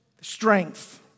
strength